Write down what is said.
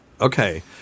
Okay